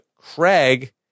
Craig